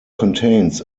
contains